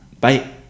Bye